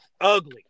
Ugly